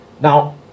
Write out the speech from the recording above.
Now